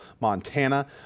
Montana